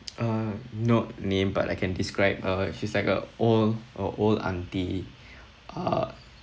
uh not name but I can describe uh she's like a old uh old auntie uh